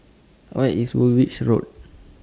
Where IS Woolwich Road